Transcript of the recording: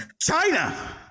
China